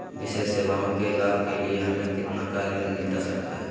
विशेष सेवाओं के लाभ के लिए हमें कितना का ऋण मिलता सकता है?